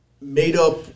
made-up